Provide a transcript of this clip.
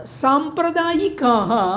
साम्प्रदायिकाः